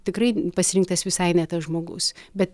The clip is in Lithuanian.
tikrai pasirinktas visai ne tas žmogus bet